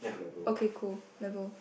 okay cool then go